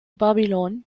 babylone